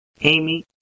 Amy